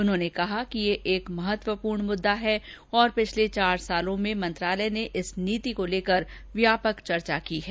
उन्होंने कहा कि यह एक महत्वपूर्ण मुद्दा है और पिछले चार वर्षों में मंत्रालय ने इस नीति को लेकर व्यापक चर्चा की है